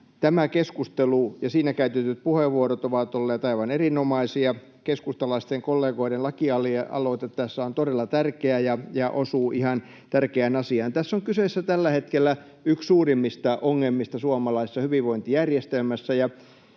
tämä keskustelu ja siinä käytetyt puheenvuorot ovat olleet aivan erinomaisia. Keskustalaisten kollegoiden lakialoite tässä on todella tärkeä ja osuu ihan tärkeään asiaan. Tässä on kyseessä tällä hetkellä yksi suurimmista ongelmista suomalaisessa hyvinvointijärjestelmässä.